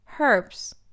Herbs